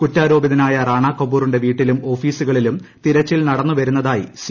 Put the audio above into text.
കുറ്റാരോപിതനായ റാണാ കപൂറിന്റെ വീട്ടിലും ഓഫീസ്ുകളിലും തിരച്ചിൽ നടന്നു വരുന്നതായി സി